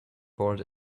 board